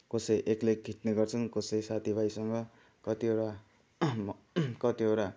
कसैले एक्लै खिँच्ने गर्छन् कसैले साथीभाइसँग कतिवटा कतिवटा